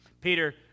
Peter